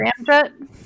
Ramjet